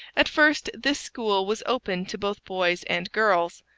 at first this school was open to both boys and girls.